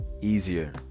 easier